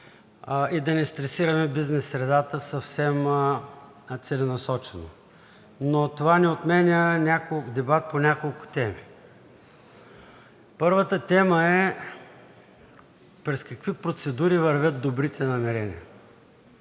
и да не стресираме бизнес средата съвсем целенасочено. Но това не отменя дебата по няколко теми. Първата тема е през какви процедури вървят добрите намерения?